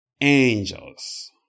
angels